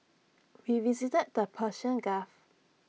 we visited the Persian gulf